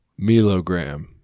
Milogram